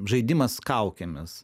žaidimas kaukėmis